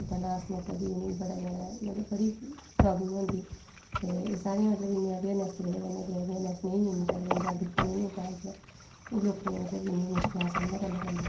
तां फ्ही अस उस मौके पर बड़ी जैदा बड़ी प्राब्लम होंदी ते एह् सारियां गै उस्सै बजह कन्नै नेईं ऐ जागरूकता इन्नी ग्रांऽ च एह् लोकें गी मतलब इन्नी मुश्कलां सामना करना पौंदा